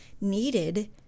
needed